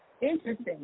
Interesting